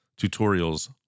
tutorials